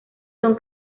son